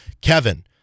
Kevin